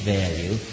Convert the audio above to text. value